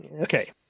okay